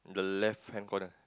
the left hand corner